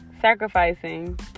sacrificing